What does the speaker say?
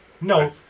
No